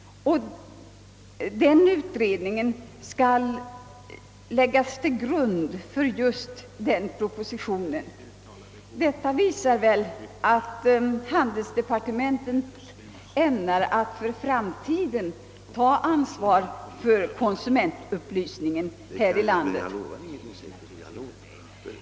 Den utredningen skall läggas till grund för just den propositionen. Detta visar att handelsdepartementet ämnar att för framtiden ta ansvar för konsumentupplysningen här i landet.